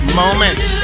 moment